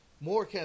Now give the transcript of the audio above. more